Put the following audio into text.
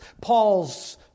Paul's